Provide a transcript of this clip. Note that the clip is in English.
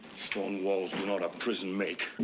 stone walls do not a prison make.